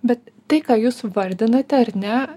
bet tai ką jūs vardinate ar ne